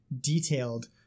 detailed